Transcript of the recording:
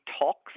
talks